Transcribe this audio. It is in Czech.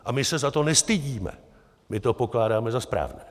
A my se za to nestydíme, my to pokládáme za správné.